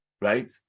right